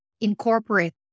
incorporate